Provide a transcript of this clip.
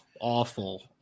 awful